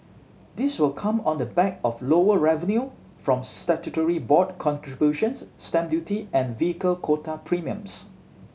this will come on the back of lower revenue from statutory board contributions stamp duty and vehicle quota premiums